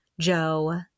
joe